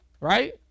right